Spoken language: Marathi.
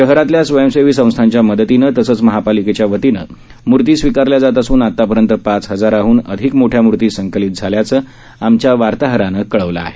शहरातल्या स्वयंसेवी संस्थांच्या मदतीनं तसंच महापालिकेच्या वतीनं मूर्ती स्वीकारल्या जात असून आतापर्यंत पाच हजाराहन अधिक मोठ्या मूर्ती संकलित झाल्याचं आमच्या वार्ताहरानं कळवलं आहे